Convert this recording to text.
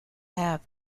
have